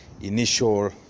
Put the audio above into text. initial